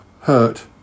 Hurt